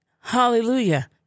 Hallelujah